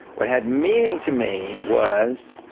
what had meaning to me was